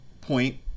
point